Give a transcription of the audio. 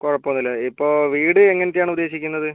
കുഴപ്പമൊന്നുമില്ല ഇപ്പോൾ വീട് എങ്ങനത്തെയാണ് ഉദ്ദേശിക്കുന്നത്